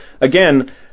again